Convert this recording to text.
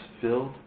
filled